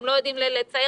והם לא יודעים לצייר